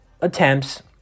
attempts